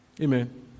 Amen